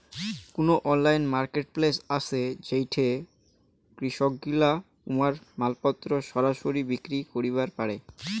কুনো online marketplace আছে যেইঠে কৃষকগিলা উমার মালপত্তর সরাসরি বিক্রি করিবার পারে?